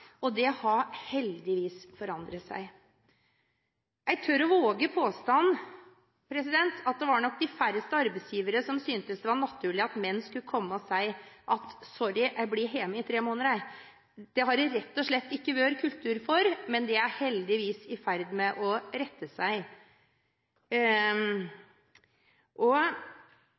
da? Det har heldigvis forandret seg. Jeg tør våge påstanden at det var nok de færreste arbeidsgivere som syntes det var naturlig at menn skulle komme og si: Sorry, jeg blir hjemme i tre måneder. Det har det rett og slett ikke vært kultur for, men det er heldigvis i ferd med å endre seg.